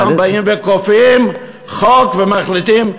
כאן באים וכופים חוק, ומחליטים: